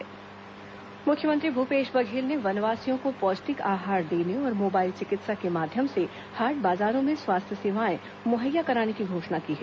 मुख्यमंत्री सम्मेलन मुख्यमंत्री भूपेश बघेल ने वनवासियों को पौष्टिक आहार देने और मोबाइल चिकित्सा के माध्यम से हाट बाजारों में स्वास्थ्य सेवाएं मुहैया कराने की घोषणा की है